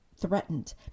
threatened